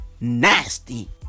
Nasty